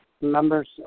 members